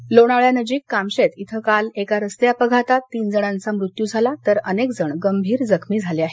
अपघात लोणावळ्यानजिक कामशेत इथं काल एका रस्ते अपघातात तीन जणांचा मृत्यू झाला तर अनेकजण गंभीर जखमी झाले आहेत